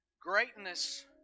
Greatness